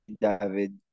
David